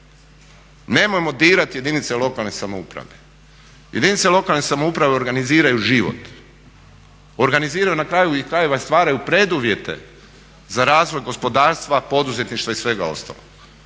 Nemojmo dirati jedinice lokalne samouprave. Jedinice lokalne samouprave organiziraju život, organiziraju na kraju krajeva i stvaraju preduvjete za razvoj gospodarstva, poduzetništva i svega ostalog.